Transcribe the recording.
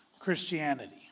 Christianity